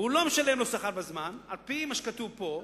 והוא לא משלם להם שכר בזמן, על-פי מה שכתוב פה,